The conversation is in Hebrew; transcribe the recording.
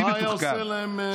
מה היה עושה להם עבאס.